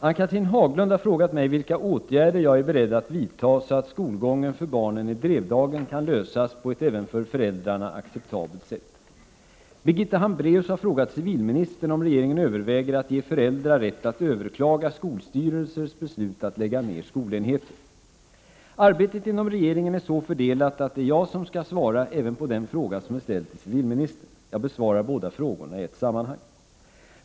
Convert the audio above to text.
Herr talman! Ann-Cathrine Haglund har frågat mig vilka åtgärder jag är beredd att vidta så att skolgången för barnen i Drevdagen kan lösas på ett även för föräldrarna acceptabelt sätt. Birgitta Hambraeus har frågat civilministern om regeringen överväger att ge föräldrar rätt att överklaga skolstyrelsers beslut att lägga ned skolenheter. Arbetet inom regeringen är så fördelat att det är jag som skall svara även på den fråga som är ställd till civilministern. Jag besvarar båda frågorna i ett sammanhang.